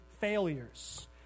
failures